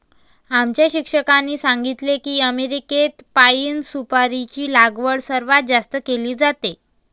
आमच्या शिक्षकांनी सांगितले की अमेरिकेत पाइन सुपारीची लागवड सर्वात जास्त केली जाते